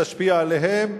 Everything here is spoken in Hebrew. תשפיע עליהם,